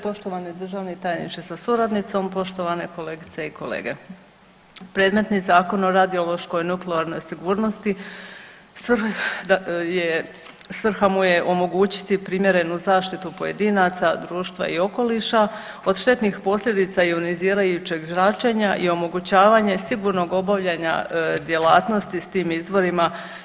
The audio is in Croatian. Poštovani državni tajniče sa suradnicom, poštovane kolegice i kolege, predmetni Zakon o radiološkoj nuklearnoj sigurnosti je svrha mu je omogućiti primjerenu zaštitu pojedinaca, društva i okoliša od štetnih posljedica ionizirajućeg zračenja i omogućavanje sigurnog obavljanja djelatnosti s tim izvorima.